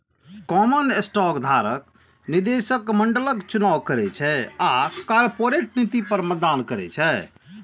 common stock धारक निदेशक मंडलक चुनाव करै छै आ कॉरपोरेट नीति पर मतदान करै छै